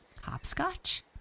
Hopscotch